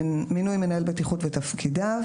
מינוי מנהל בטיחות ותפקידיו